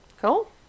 Cool